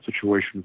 situation